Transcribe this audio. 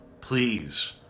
please